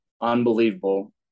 unbelievable